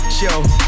show